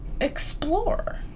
explore